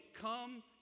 come